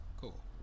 Cool